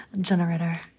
generator